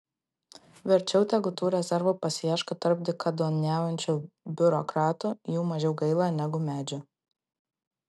verčiau tegu tų rezervų pasiieško tarp dykaduoniaujančių biurokratų jų mažiau gaila negu medžių